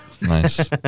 Nice